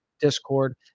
Discord